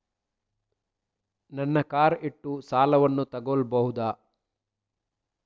ನನ್ನ ಕಾರ್ ಇಟ್ಟು ಸಾಲವನ್ನು ತಗೋಳ್ಬಹುದಾ?